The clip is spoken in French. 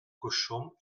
cochons